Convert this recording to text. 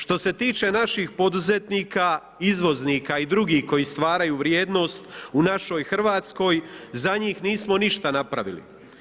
Što se tiče naših poduzetnika, izvoznika i drugih koji stvaraju vrijednost u našoj Hrvatskoj, za njih nismo ništa napravili.